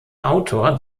autor